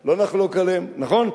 לא נחלוק עליהם, נכון?